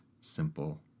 simple